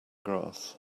grass